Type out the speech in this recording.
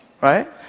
right